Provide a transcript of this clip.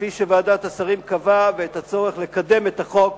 כפי שוועדת השרים קבעה, ואת הצורך לקדם את החוק